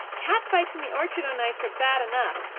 cat-fights in the orchard o'nights are bad enough.